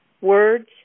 words